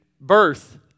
birth